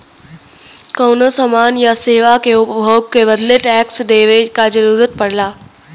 कउनो समान या सेवा के उपभोग के बदले टैक्स देवे क जरुरत पड़ला